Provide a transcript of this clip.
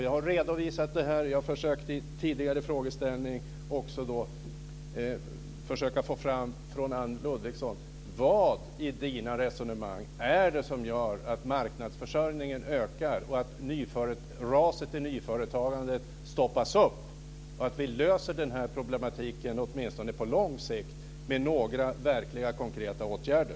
Jag har redovisat detta och tidigare försökt få fram vad det är, enligt Anne Ludvigssons resonemang, som gör att marknadsförsörjningen ökar och att raset i nyföretagandet stoppas upp. Vi måste lösa den här problematiken, åtminstone på lång sikt, med några verkliga konkreta åtgärder.